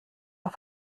auf